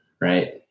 right